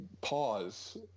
pause